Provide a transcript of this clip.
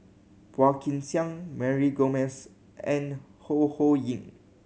Phua Kin Siang Mary Gomes and Ho Ho Ying